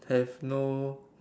have no